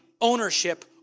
ownership